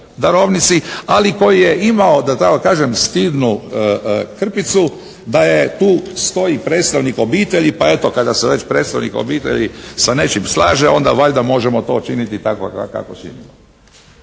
ali koji je imao da tako kažem stidnu krpicu da tu stoji predstavnik obitelji pa eto kada se već predstavnik obitelji sa nečim slaže onda valjda možemo to činiti tako kako činimo.